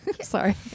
sorry